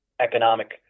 economic